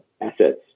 assets